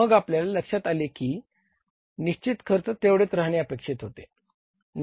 मग आपल्याला लक्षात आले की निश्चित खर्च तेवढेच राहणे अपेक्षित होते